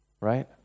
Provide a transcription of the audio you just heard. Right